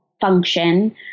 function